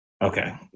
Okay